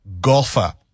golfer